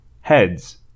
Heads